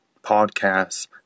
podcasts